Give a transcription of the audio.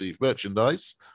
merchandise